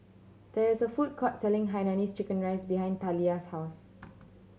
there is a food court selling Hainanese chicken rice behind Taliyah's house